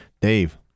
dave